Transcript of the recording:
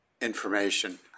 information